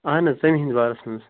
اَہَن حظ ژَمہِ ہِنٛدِ بارَس منٛز